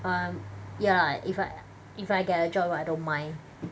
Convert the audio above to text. um ya lah if I if I get a job right I don't mind